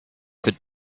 could